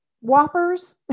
Whoppers